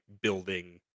building